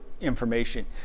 information